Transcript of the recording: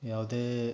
ಯಾವುದೇ